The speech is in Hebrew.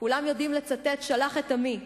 כולם יודעים לצטט "שלח את עמי",